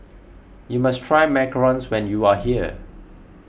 you must try macarons when you are here